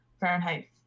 Fahrenheit